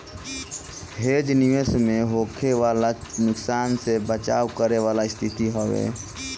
hedge निवेश में होखे वाला नुकसान से बचाव करे वाला स्थिति हवे